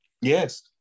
Yes